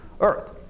Earth